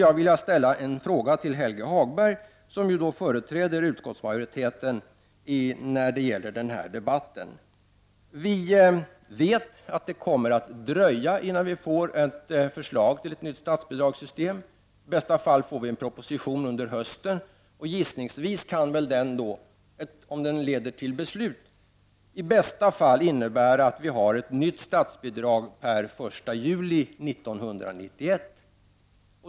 Jag vill ställa en fråga till Helge Hagberg, som företräder utskottsmajoriteten i denna debatt. Vi vet att det kommer att dröja innan det kommer förslag till ett nytt statsbidragssystem. I bästa fall kommer det en proposition under hösten. Gissningsvis kan det, om propositionen leder till beslut, i bästa fall innebära att vi har ett nytt statsbidragssystem per den 1 juli 1991.